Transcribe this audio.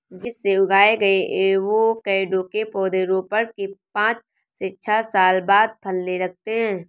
बीज से उगाए गए एवोकैडो के पौधे रोपण के पांच से छह साल बाद फलने लगते हैं